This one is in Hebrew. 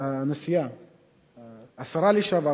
הנשיאה היא השרה לשעבר,